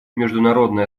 международные